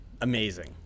amazing